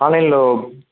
ఆన్లైన్లో